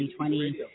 2020